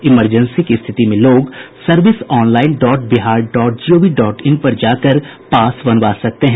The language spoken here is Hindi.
इमरजेंसी की स्थिति में लोग service online dot Bihar dot G O V dot in पर जा कर पास बनवा सकते हैं